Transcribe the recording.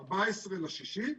ב-14 ביוני,